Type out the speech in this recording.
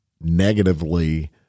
negatively